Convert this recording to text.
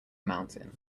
mountain